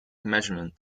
measurement